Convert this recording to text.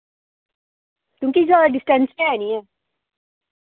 क्योंकि जादै डिस्टेंस ते ऐ निं ऐ